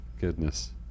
Goodness